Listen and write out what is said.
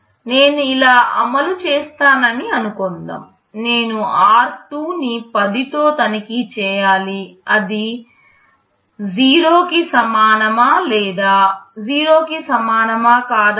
నేను ఇలా అమలు చేస్తానని అనుకుందాం నేను r2 నీ 10 తో తనిఖీ చేయాలి అది 0 కి సమానం లేదా 0 కి సమానం కాదా అని